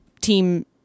team